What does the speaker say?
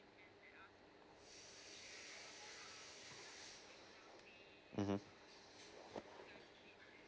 mmhmm